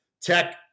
tech